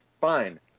fine